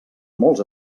molts